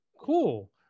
Cool